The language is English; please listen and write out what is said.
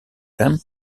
them